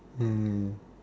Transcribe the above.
mm